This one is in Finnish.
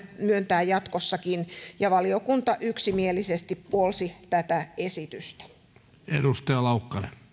myöntää jatkossakin valiokunta yksimielisesti puolsi tätä esitystä